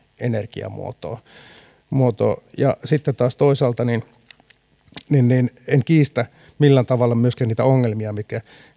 energiamuotoa ja sitten taas toisaalta en kiistä millään tavalla myöskään niitä ongelmia mitkä